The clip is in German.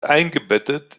eingebettet